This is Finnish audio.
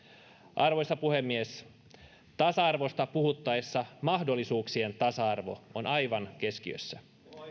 arvoisa puhemies tasa arvosta puhuttaessa mahdollisuuksien tasa arvo on aivan keskiössä